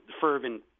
fervent